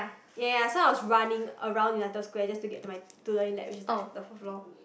ya ya ya so I was running around United Square just to get to my to Learning Lab which is like the fourth floor